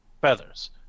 feathers